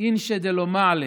אינשי דלא מעלי,